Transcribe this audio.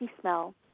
smell